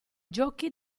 giochi